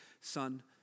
son